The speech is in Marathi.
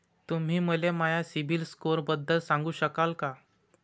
तुम्ही मले माया सीबील स्कोअरबद्दल सांगू शकाल का?